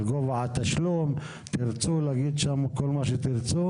על גובה התשלום תגידו שם כל מה שתרצו